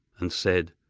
and said,